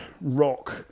rock